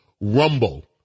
Rumble